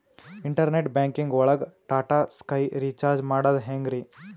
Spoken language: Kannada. ಇಂಟರ್ನೆಟ್ ಬ್ಯಾಂಕಿಂಗ್ ಒಳಗ್ ಟಾಟಾ ಸ್ಕೈ ರೀಚಾರ್ಜ್ ಮಾಡದ್ ಹೆಂಗ್ರೀ?